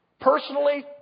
Personally